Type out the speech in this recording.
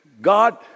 God